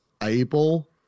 able